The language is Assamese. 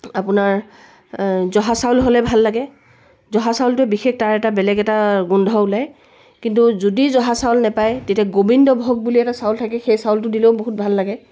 আপোনাৰ জহা চাউল হ'লে ভাল লাগে জহা চাউলটো বিশেষ তাৰ এটা বেলেগ এটা গোন্ধ ওলাই কিন্তু যদি জহা চাউল নাপায় তেতিয়া গোবিন্দ ভোগ বুলি এটা চাউল থাকে সেই চাউলটো দিলেও বহুত ভাল লাগে